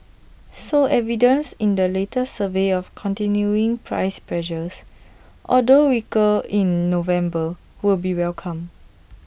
so evidence in the latest survey of continuing price pressures although weaker in November will be welcomed